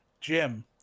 jim